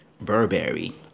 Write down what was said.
Burberry